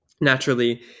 Naturally